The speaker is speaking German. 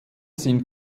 sind